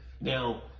Now